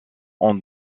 ont